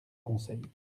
conseils